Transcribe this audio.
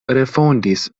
refondis